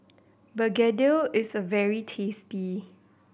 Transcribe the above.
begedil is very tasty